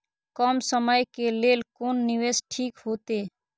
कम समय के लेल कोन निवेश ठीक होते?